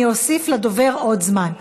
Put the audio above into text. אני אוסיף לדובר עוד זמן.